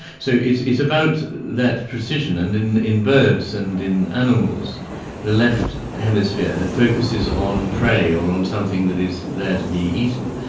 so it's it's about that precision. and in in birds and in animals the left hemisphere focuses on prey or on something that is there to be eaten,